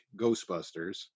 Ghostbusters